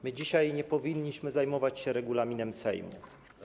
My dzisiaj nie powinniśmy zajmować się regulaminem Sejmu.